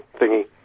thingy